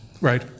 Right